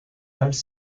halles